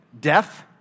Death